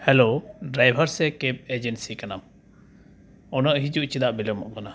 hello driver ᱥᱮ cab agency ᱠᱟᱱᱟᱢ ᱩᱱᱟᱹᱜ ᱦᱤᱡᱩᱜ ᱪᱮᱫᱟᱜ ᱵᱤᱞᱟᱹᱢᱚᱜ ᱠᱟᱱᱟ